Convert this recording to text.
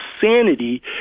sanity